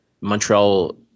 Montreal